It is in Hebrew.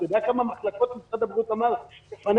אתה יודע כמה מחלקות משרד הבריאות אמר: תפנה